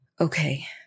Okay